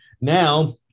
now